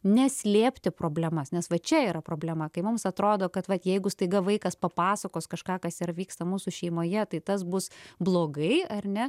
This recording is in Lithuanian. ne slėpti problemas nes va čia yra problema kai mums atrodo kad jeigu staiga vaikas papasakos kažką kas ir vyksta mūsų šeimoje tai tas bus blogai ar ne